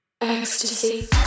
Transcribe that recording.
Ecstasy